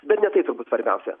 bene tai turbūt svarbiausia